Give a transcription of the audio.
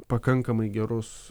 pakankamai gerus